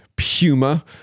Puma